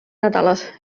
nädalas